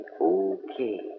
okay